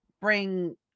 bring